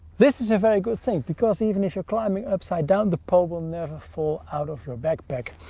this is a very good thing because, even if you're climbing upside down, the pole will never fall out of your backpack.